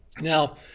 Now